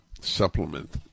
supplement